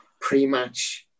pre-match